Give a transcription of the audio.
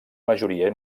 majoria